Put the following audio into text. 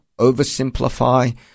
oversimplify